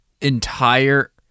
entire